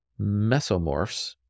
mesomorphs